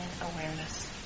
awareness